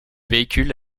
véhicule